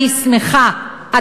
אני שמחה,